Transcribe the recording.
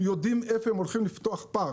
הם יודעים איפה הם יודעים לפתוח פארק,